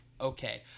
Okay